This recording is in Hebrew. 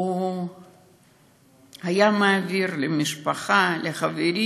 הוא היה מעביר למשפחה, לחברים.